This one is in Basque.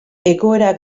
egoera